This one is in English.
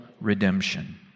redemption